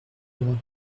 heureux